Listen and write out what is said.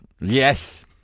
Yes